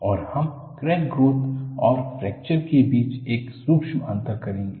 और हम crack growth और फ्रैक्चर के बीच एक सूक्ष्म अंतर करेंगे